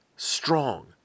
Strong